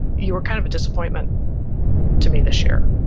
you were kind of a disappointment to me this year.